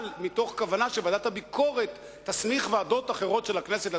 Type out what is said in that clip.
אבל מתוך כוונה שוועדת הביקורת תסמיך ועדות אחרות של הכנסת לדון.